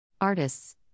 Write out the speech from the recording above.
Artists